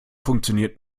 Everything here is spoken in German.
funktioniert